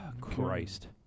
Christ